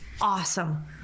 awesome